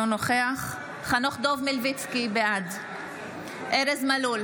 אינו נוכח חנוך דב מלביצקי, בעד ארז מלול,